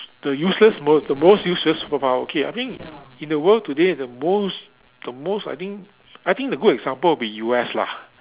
the useless most the most useless superpower okay I think in the world today the most the most I think I think the good example would be U_S lah